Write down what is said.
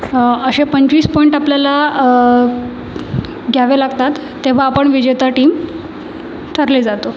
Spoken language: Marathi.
असे पंचवीस पॉइंट आपल्याला घ्यावे लागतात तेव्हा आपण विजेता टीम ठरले जातो